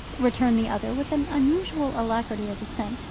returned the other with an unusual alacrity of assent.